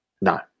no